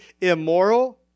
immoral